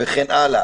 וכן הלאה